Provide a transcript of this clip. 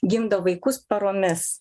gimdo vaikus paromis